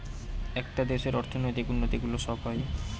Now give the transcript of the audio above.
একটা দেশের অর্থনৈতিক উন্নতি গুলো সব হয়